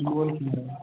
Google की भेल